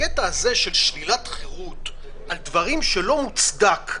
הקטע הזה של שלילת חירות על דברים שלא מוצדק,